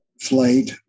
flight